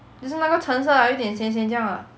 就是那个橙色的有一点咸咸这样的